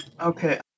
Okay